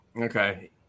Okay